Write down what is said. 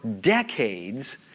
decades